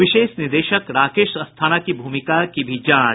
विशेष निदेशक राकेश अस्थाना की भूमिका की भी जांच